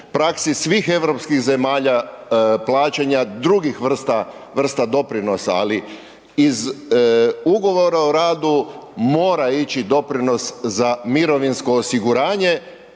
praksi svih europskih zemalja plaćanja drugih vrste doprinosa, ali iz ugovora o radu mora ići doprinos za mirovinsko osiguranje.